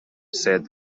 said